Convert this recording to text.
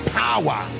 power